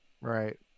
Right